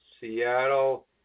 Seattle